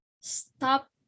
stop